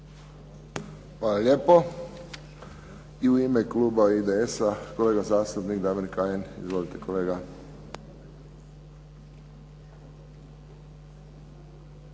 Hvala lijepo. I u ime Kluba IDS-a, kolega zastupnik Damir Kajin, izvolite kolega.